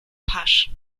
pasch